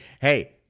Hey